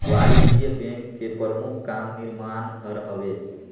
वाणिज्य बेंक के परमुख काम निरमान हर हवे